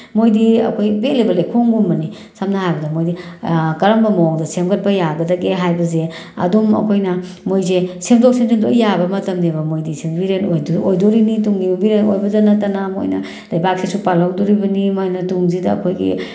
ꯃꯣꯏꯗꯤ ꯑꯩꯈꯣꯏ ꯄꯦꯠꯂꯤꯕ ꯂꯩꯈꯣꯝꯒꯨꯝꯕꯅꯤ ꯁꯝꯅ ꯍꯥꯏꯔꯕꯗ ꯃꯣꯏꯗꯤ ꯀꯔꯝꯕ ꯃꯑꯣꯡꯗ ꯁꯦꯝꯒꯠꯄ ꯌꯥꯒꯗꯒꯦ ꯍꯥꯏꯕꯁꯦ ꯑꯗꯨꯝ ꯑꯩꯈꯣꯏꯅ ꯃꯣꯏꯁꯦ ꯁꯦꯝꯗꯣꯛ ꯁꯦꯝꯖꯤꯟ ꯂꯣꯏ ꯌꯥꯕ ꯃꯇꯝꯅꯤꯕ ꯃꯣꯏꯗꯤ ꯌꯨꯝꯕꯤꯔꯦꯟ ꯑꯣꯏꯗꯣꯔꯤꯅꯤ ꯇꯨꯡꯒꯤ ꯌꯨꯝꯕꯤꯔꯦꯟ ꯑꯣꯏꯕꯇ ꯅꯠꯇꯅ ꯃꯣꯏꯅ ꯂꯩꯕꯥꯛꯁꯤꯁꯨ ꯄꯥꯜꯍꯧꯗꯣꯔꯤꯕꯅꯤ ꯃꯥꯏꯅ ꯇꯨꯡꯁꯤꯗ ꯑꯩꯈꯣꯏꯒꯤ